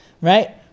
right